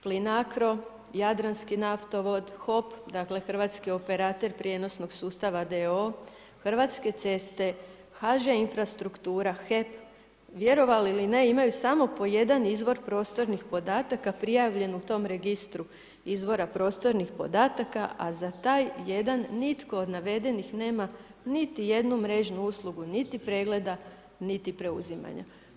Plinacro, Jadranski naftovod, HOP dakle Hrvatski operater prijenosnog sustava d.o.o., Hrvatske ceste, HŽ Infrastruktura, HEP vjerovali ili ne imaju samo po jedan izvor prostornih podataka prijavljen u tom registru izvora prostornih podataka, a za taj jedan nitko od navedenih nema niti jednu mrežnu uslugu niti pregleda niti preuzimanja.